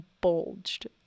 bulged